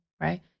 right